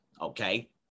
okay